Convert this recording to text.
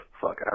Fuck